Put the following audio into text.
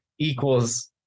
equals